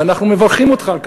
ואנחנו מברכים אותך על כך,